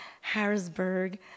Harrisburg